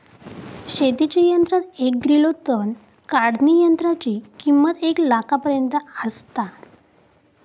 शेतीच्या यंत्रात एक ग्रिलो तण काढणीयंत्राची किंमत एक लाखापर्यंत आसता